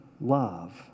love